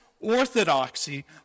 orthodoxy